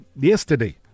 yesterday